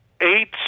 eight